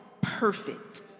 Perfect